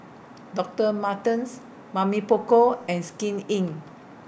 Doctor Martens Mamy Poko and Skin Inc